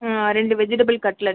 ரெண்டு vegetable cutlet